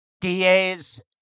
DA's